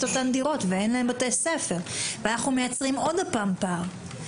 אותן דירות ואין להם בתי ספר ואנחנו מייצרים שוב פעם פער.